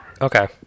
Okay